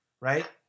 right